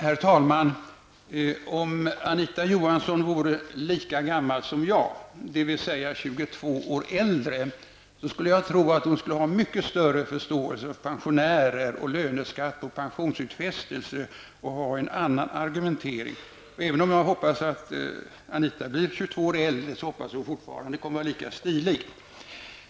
Herr talman! Om Anita Johansson vore lika gammal som jag, dvs. 22 år äldre än hon är, skulle jag tro att hon skulle ha mycket större förståelse för pensionärer, tänka på ett annat sätt om löneskatt på pensionsutfästelser och ha en annan argumentering. Även om jag hoppas att Anita Johansson blir 22 år äldre, hoppas jag att hon fortfarande kommer att vara lika stilig.